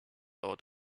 out